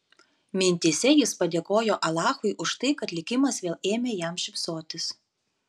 mintyse jis padėkojo alachui už tai kad likimas vėl ėmė jam šypsotis